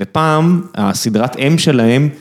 ופעם, הסדרת אם שלהם.